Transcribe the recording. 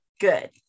good